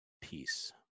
peace